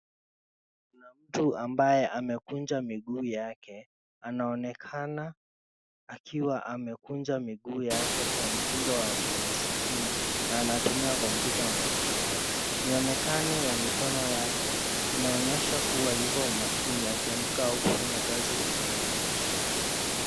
Kuna mtu ambaye amekunja miguu yake anaonekana akiwa amekunja miguu yake kwa mtindo wa kimaskini anatumia kompyuta mpakato mionekano ya mikono yake inaonyesha kua yuko makini akiandika au kufanya kazi fulani.